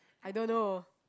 I don't know